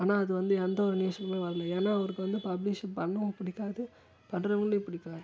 ஆனால் அது வந்து எந்த ஒரு நியூஸுலிமே வரலை ஏன்னா அவருக்கு வந்து பப்ளிசிட்டி பண்ணவும் பிடிக்காது பண்ணுறவங்களையும் பிடிக்காது